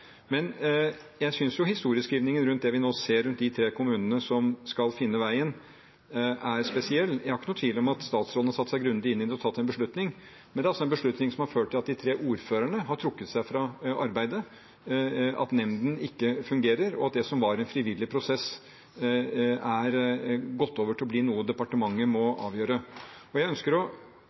Jeg synes historieskrivingen rundt det vi nå ser i de tre kommunene som skal finne veien, er spesiell. Jeg er ikke i tvil om at statsråden har satt seg grundig inn i det når hun har tatt beslutningen, men det er en beslutning som har ført til at de tre ordførerne har trukket seg fra arbeidet, at nemnda ikke fungerer, og at det som var en frivillig prosess, er gått over til å bli noe departementet må avgjøre. Jeg ønsker å